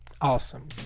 awesome